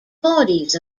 bodies